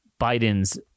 Biden's